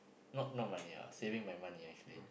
not not money ah saving my money actually